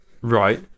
right